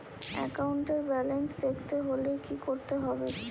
একাউন্টের ব্যালান্স দেখতে হলে কি করতে হবে?